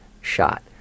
shot